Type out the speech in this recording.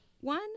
one